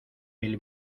mil